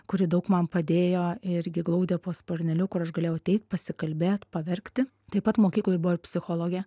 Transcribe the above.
kuri daug man padėjo irgi glaudė po sparneliu kur aš galėjau ateit pasikalbėt paverkti taip pat mokykloj buvo ir psichologė